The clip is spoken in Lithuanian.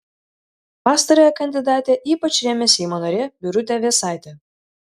pastarąją kandidatę ypač rėmė seimo narė birutė vėsaitė